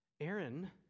Aaron